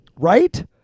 Right